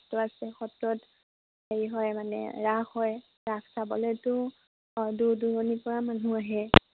সত্ৰ আছে সত্ৰত হেৰি হয় মানে ৰাস হয় ৰাস চাবলৈতো দূৰ দূৰণিৰ পৰা মানুহ আহে